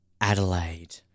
Adelaide